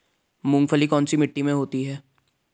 मूंगफली कौन सी मिट्टी में होती है?